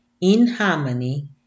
inharmony